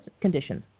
conditions